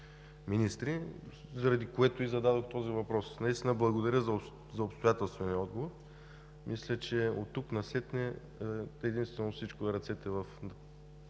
министри, заради което и зададох този въпрос. Благодаря за обстоятелствения отговор. Мисля, че оттук насетне единствено е в ръцете на